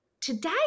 today